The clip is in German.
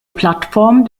plattform